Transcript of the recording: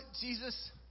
Jesus